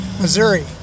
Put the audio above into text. Missouri